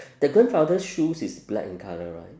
the grandfather's shoes is black in colour right